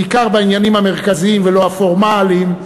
בעיקר בעניינים המרכזיים ולא הפורמליים,